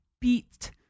beat